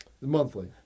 Monthly